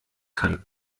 kann